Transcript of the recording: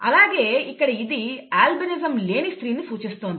అలాగే ఇక్కడ ఇది అల్బినిజం లేని స్త్రీని సూచిస్తోంది